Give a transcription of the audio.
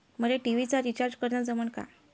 मले टी.व्ही चा रिचार्ज करन जमन का?